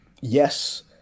yes